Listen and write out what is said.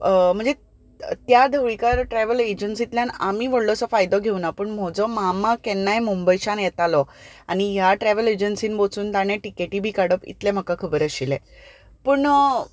म्हणजे त्या ढवळीकर ट्रेवल एजंसींतल्यान आमी व्हडलो सो फायदो घेवूना पूण म्हजो मामा केन्नाय मुंबयच्यान येतालो आनी ह्या ट्रेवल एजंसीन वचून ताणें टिकेटी बी काडप इतलें म्हाका खबर आशिल्लें पूण